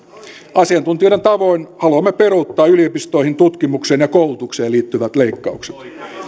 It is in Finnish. asiantuntijoiden tavoin haluamme peruuttaa yliopistoihin tutkimukseen ja koulutukseen liittyvät leikkaukset